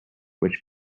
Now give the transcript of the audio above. which